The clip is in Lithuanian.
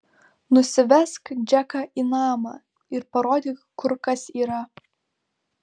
nusivesk džeką į namą ir parodyk kur kas yra